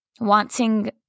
wanting